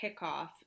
kickoff